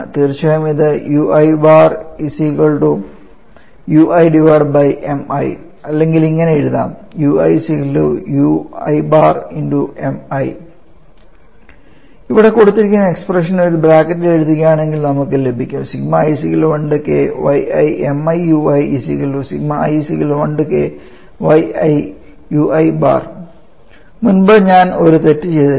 തീർച്ചയായും ഇത് അല്ലെങ്കിൽ ഇങ്ങനെ എഴുതാം ഇവിടെ കൊടുത്തിരിക്കുന്ന എക്സ്പ്രഷനെ ഒരു ബ്രാക്കറ്റിൽ എഴുതുകയാണെങ്കിൽ നമുക്ക് ലഭിക്കും മുൻപ് ഞാൻ ഒരു തെറ്റ് ചെയ്തിരുന്നു